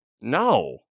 no